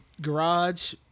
garage